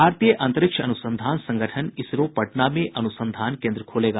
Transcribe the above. भारतीय अंतरिक्ष अन्संधान संगठन इसरो पटना में अन्संधान केंद्र खोलेगा